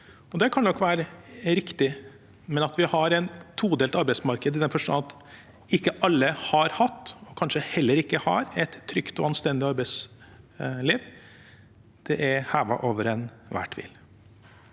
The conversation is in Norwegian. Det kan nok være riktig. Men at vi har et todelt arbeidsmarked i den forstand at ikke alle har hatt, og kanskje heller ikke har, et trygt og anstendig arbeidsliv, er hevet over enhver tvil.